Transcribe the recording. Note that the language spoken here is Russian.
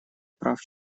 прав